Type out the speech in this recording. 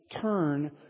Turn